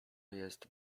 jest